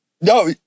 No